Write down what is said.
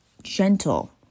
Gentle